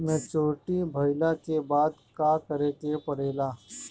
Maturity भईला के बाद का करे के पड़ेला?